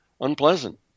unpleasant